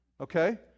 okay